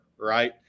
right